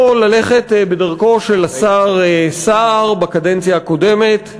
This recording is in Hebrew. ללכת בדרכו של השר סער בקדנציה הקודמת,